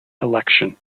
election